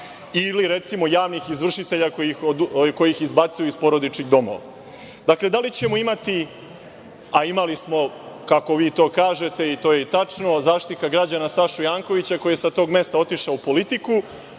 ili, recimo, javnih izvršitelja koji ih izbacuju iz porodičnih domova? Dakle, da li ćemo imati, a imali smo, kako vi to kažete i to je tačno, Zaštitnika građana Sašu Jankovića koji je sa tog mesta otišao u politiku,